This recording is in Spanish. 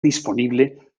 disponible